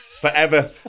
Forever